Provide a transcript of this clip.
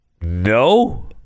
no